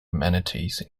amenities